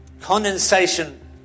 Condensation